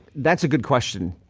that's a good question.